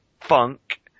funk